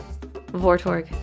Vortorg